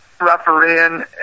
refereeing